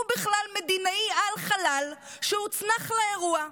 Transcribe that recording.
הוא בכלל מדינאי על-חלל, שהוצנח לאירוע.